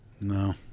No